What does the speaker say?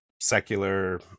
secular